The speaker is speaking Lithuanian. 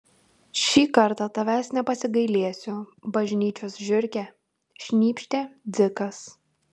šį kartą tavęs nepasigailėsiu bažnyčios žiurke šnypštė dzikas